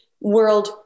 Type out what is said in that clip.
world